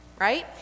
right